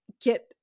get